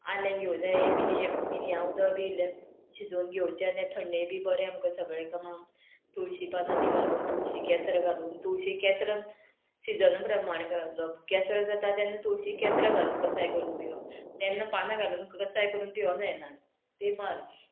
आलें घेवं जाय मिरयें मिरयां उद बी शिजोवन घेवचें आनी थंडे बी बरें आमकां सगळें कामांक तुळशीं पानां आमी घालून तुळशीं केंसरां घालून तुळशीं केंसरां सिजन प्रमाण घालप केंसरां जाता तेन्ना तुळशीं केंसरां घालून कसाय करून पिवप तेन्ना पानां घालून कसाय करून पियो जायना तें मार